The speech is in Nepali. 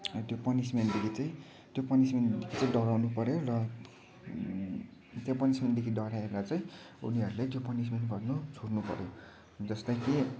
त्यो पनिसमेन्ट देखी चाहिँ त्यो पनिसमेन्ट देखी चाहिँ डराउनु पर्यो र त्यो पनिसमेन्टदेखिडराएर चाहिँ उनीहरूले त्यो पनिसमेन्ट गर्नु छोड्नु पर्यो जस्तै कि